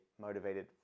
motivated